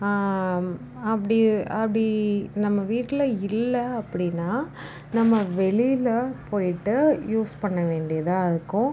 அப்படி அப்படி நம்ம வீட்டில் இல்லை அப்படினால் நம்ம வெளியில் போய்ட்டு யூஸ் பண்ண வேண்டியதாக இருக்கும்